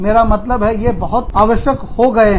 मेरा मतलब है ये बहुत आवश्यक हो गए हैं